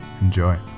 Enjoy